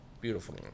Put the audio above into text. Beautiful